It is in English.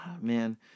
man